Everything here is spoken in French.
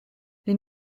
les